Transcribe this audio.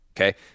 Okay